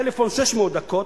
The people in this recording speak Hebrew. טלפון 600 דקות,